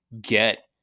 get